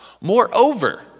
Moreover